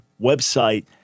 website